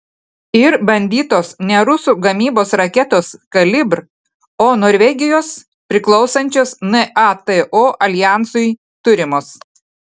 ir bandytos ne rusų gamybos raketos kalibr o norvegijos priklausančios nato aljansui turimos